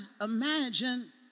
imagine